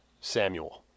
Samuel